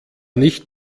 nicht